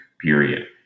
Period